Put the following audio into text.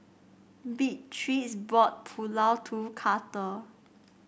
Beatriz bought Pulao to Karter